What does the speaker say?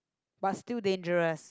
but still dangerous